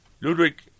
Ludwig